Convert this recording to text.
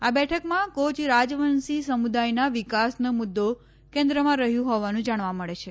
આ બેઠકમાં કોચ રાજવંશી સમુદાયનાં વિકાસનો મુદ્દો કેન્ માં રહ્યું હોવાનું જાણવા મળે છે